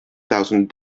thousand